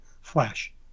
Flash